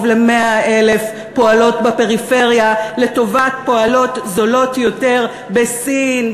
ל-100,000 פועלות בפריפריה לטובת פועלות זולות יותר בסין,